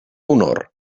honor